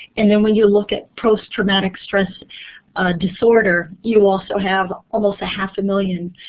and then when you look at post traumatic stress disorder, you also have almost a half a million.